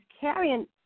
carrying